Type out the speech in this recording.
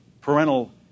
parental